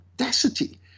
audacity